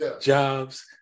jobs